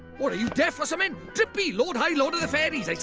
what, are you deaf or something? drippy, lord-high-lord of the fairies, like